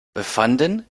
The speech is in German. befanden